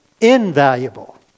invaluable